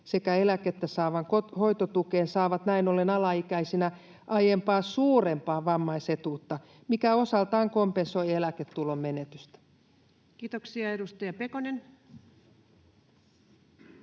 sekä eläkettä saavan hoitotukeen, saavat näin ollen alaikäisinä aiempaa suurempaa vammaisetuutta, mikä osaltaan kompensoi eläketulon menetystä. [Speech 122] Speaker: